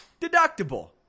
Deductible